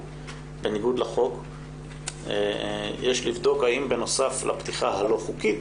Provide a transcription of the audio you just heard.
בניגוד לחוק יש לבדוק האם בנוסף לפתיחה הלא חוקית